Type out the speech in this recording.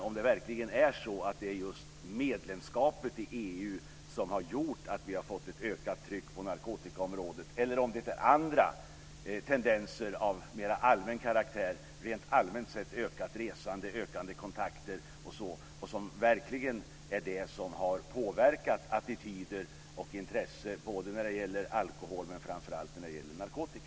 Är det verkligen medlemskapet i EU som har gjort att vi har fått ett ökat tryck på narkotikaområdet, eller är det andra tendenser av mer allmän karaktär? Det kan vara ett allmänt sett ökat resande, ökande kontakter och liknande. Det har verkligen påverkat attityder och intresse både när det gäller alkohol och framför allt när det gäller narkotika.